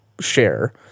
share